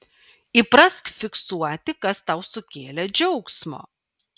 įprask fiksuoti kas tau sukėlė džiaugsmo